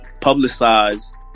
publicized